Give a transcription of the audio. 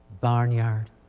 barnyard